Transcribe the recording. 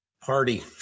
party